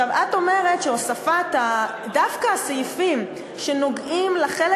את אומרת שדווקא הסעיפים שנוגעים בחלק